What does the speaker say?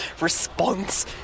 response